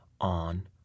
on